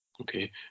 Okay